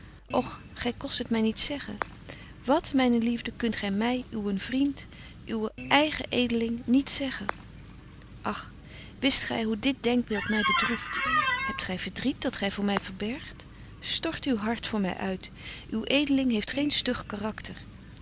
gy kost het my niet zeggen wat myne liefde kunt gy my uwen vriend uw eigen edeling niet zeggen ach wist gy hoe dit denkbeeld my bedroeft hebt gy verdriet dat gy voor my verbergt stort uw hart voor my uit uw edeling heeft geen stug karakter